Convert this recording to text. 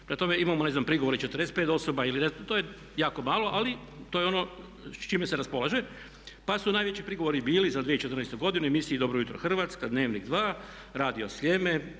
Prema tome, imamo ne znam prigovore 45 osoba ili ne znam, to je jako malo ali to je ono s čime se raspolaže pa su najveći prigovori bili za 2014. godinu i u emisiji Dobro jutro Hrvatska, Dnevnik 2, Radio Sljeme.